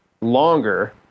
longer